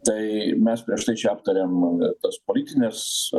tai mes prieš tai čia aptarėm tas politines